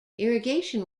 irrigation